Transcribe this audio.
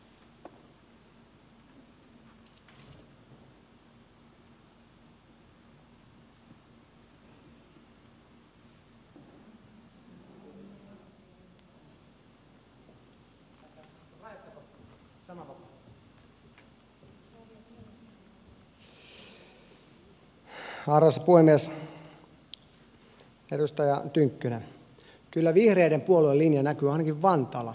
edustaja tynkkynen kyllä vihreiden puoluelinja näkyy ainakin vantaalla